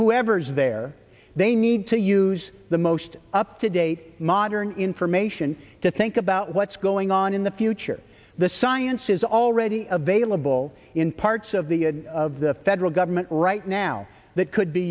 whoever's there they need to use the most up to date modern information to think about what's going on in the future the science is already available in parts of the of the federal government right now that could be